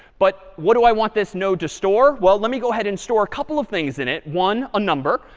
but what do i want this know to store? well, let me go ahead and store a couple of things in it. one, a number,